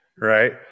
right